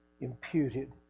imputed